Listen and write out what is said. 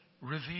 revealed